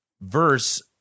verse